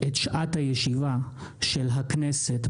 שלוש ישיבות נוספות לקראת תום כנס החורף .